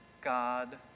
God